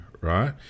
right